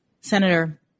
Senator